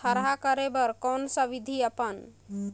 थरहा करे बर कौन सा विधि अपन?